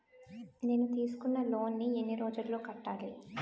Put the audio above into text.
నేను తీసుకున్న లోన్ నీ ఎన్ని రోజుల్లో కట్టాలి?